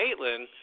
Caitlin